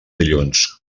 dilluns